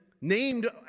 named